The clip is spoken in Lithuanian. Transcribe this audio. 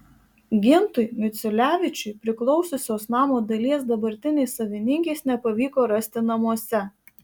gintui miciulevičiui priklausiusios namo dalies dabartinės savininkės nepavyko rasti namuose